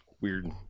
Weird